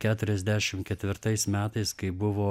keturiasdešim ketvirtais metais kai buvo